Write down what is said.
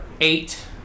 eight